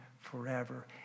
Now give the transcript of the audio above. forever